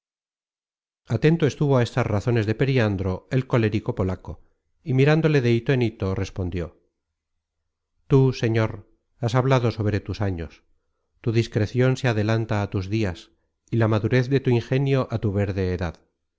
atento estuvo á estas razones de periandro el colérico polaco y mirándole de hito en hito respondió tú señor has hablado sobre tus años tu discrecion se adelanta á tus dias y la madurez de tu ingenio á tu verde edad